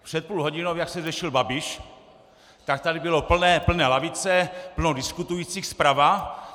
Před půl hodinou, když se řešil Babiš, tak tady byly plné lavice, plno diskutujících zprava.